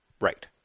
Right